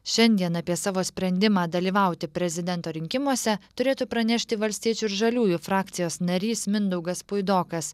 šiandien apie savo sprendimą dalyvauti prezidento rinkimuose turėtų pranešti valstiečių ir žaliųjų frakcijos narys mindaugas puidokas